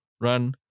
run